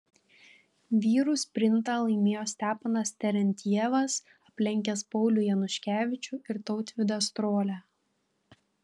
vyrų sprintą laimėjo stepanas terentjevas aplenkęs paulių januškevičių ir tautvydą strolią